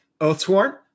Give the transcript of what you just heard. Oathsworn